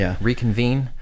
reconvene